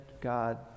God